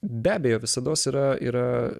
be abejo visados yra yra